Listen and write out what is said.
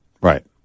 Right